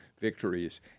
victories